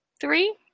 Three